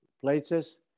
places